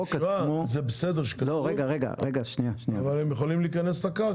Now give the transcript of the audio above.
זה בסדר שכתוב, אבל הם יכולים להיכנס לקרקע.